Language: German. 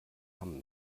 hamm